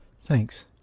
Thanks